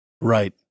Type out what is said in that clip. Right